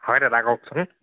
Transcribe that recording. হয় দাদা কওকচোন